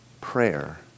prayer